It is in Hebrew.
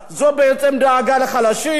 זו בעצם דאגה לחלשים?